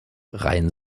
reihen